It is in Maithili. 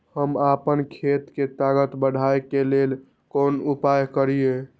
हम आपन खेत के ताकत बढ़ाय के लेल कोन उपाय करिए?